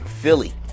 Philly